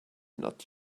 not